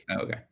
Okay